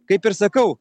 kaip ir sakau